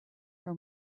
her